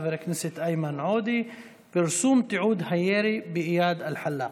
של חבר הכנסת איימן עודה: פרסום תיעוד הירי באיאד אלחלאק.